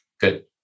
Good